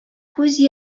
күз